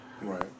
Right